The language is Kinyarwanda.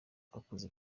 bakoze